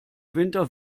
winter